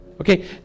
Okay